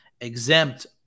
exempt